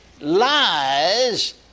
lies